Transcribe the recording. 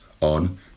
on